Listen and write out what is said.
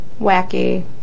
wacky